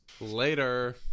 Later